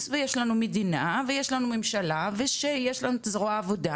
ויש לנו מדינה ויש לנו ממשלה ויש לנו זרוע עבודה.